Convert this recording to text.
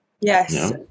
Yes